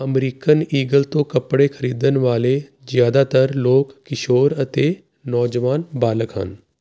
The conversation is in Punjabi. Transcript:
ਅਮਰੀਕਨ ਈਗਲ ਤੋਂ ਕੱਪੜੇ ਖਰੀਦਣ ਵਾਲੇ ਜ਼ਿਆਦਾਤਰ ਲੋਕ ਕਿਸ਼ੋਰ ਅਤੇ ਨੌਜਵਾਨ ਬਾਲਕ ਹਨ